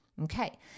Okay